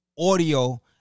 audio